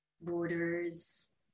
borders